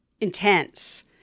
intense